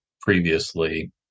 previously